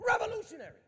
Revolutionary